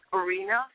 arena